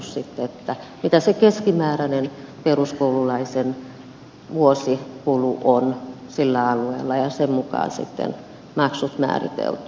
on laskettu mitä keskimääräinen peruskoululaisen vuosikulu on sillä alueella ja sen mukaan on sitten maksut määritelty